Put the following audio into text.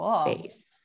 space